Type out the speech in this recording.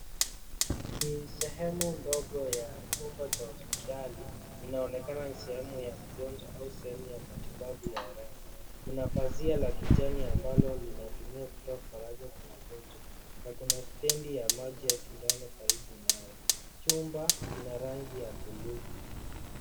Ni sehemu ndogo ya chumba cha hospitali, inaonekana ni sehemu ya mgonjwa au sehemu ya matibabu ya haraka. Kuna pazia la kijani ambalo linatumia kutoa faraga kwa wagonjwa na kuna stendi ya maji ya sindano karibu nayo, chumba kina rangi ya buluu.